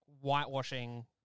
whitewashing